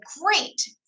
Great